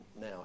now